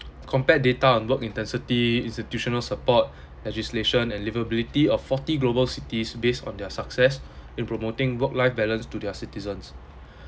compared data on work intensity institutional support legislation and livability of forty global cities based on their success in promoting work-life balance to their citizens